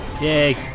Yay